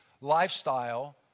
lifestyle